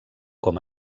com